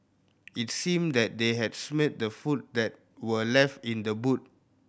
it seemed that they had smelt the food that were left in the boot